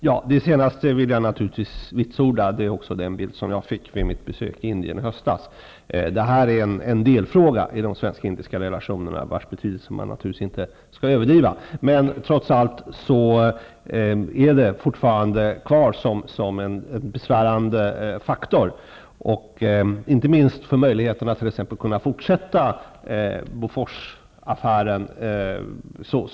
Herr talman! Det senast sagda vill jag naturligtvis vitsorda. Det är också den bild jag fick vid mitt besök i Indien i höstas. Detta är en delfråga i de svenskindiska relationerna vars betydelse man inte skall överdriva. Men den finns trots allt kvar som en besvärande faktor, inte minst för möjligheterna att kunna fortsätta Boforsaffären.